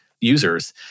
users